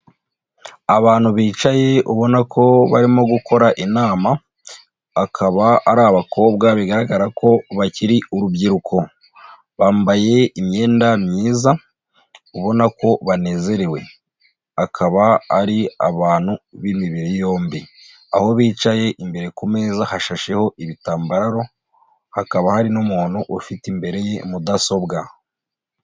Abantu bicaye ubona ko barimo gukora inama, akaba ari abakobwa bigaragara ko bakiri urubyiruko, bambaye imyenda myiza ubona ko banezerewe, akaba ari abantu b'imibiri yombi, aho bicaye imbere ku meza hashasheho ibitambaro hakaba hari n'umuntu ufite imbere ye mudasobwa.